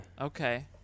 Okay